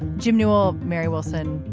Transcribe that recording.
jim nual, mary wilson,